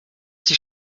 die